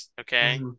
okay